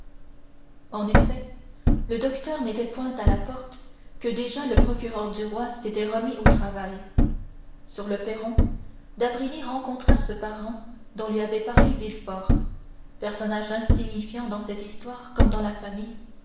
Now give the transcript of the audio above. en effet le docteur n'était point à la porte que déjà le procureur du roi s'était remis au travail sur le perron d'avrigny rencontra ce parent dont lui avait parlé villefort personnage insignifiant dans cette histoire comme dans la famille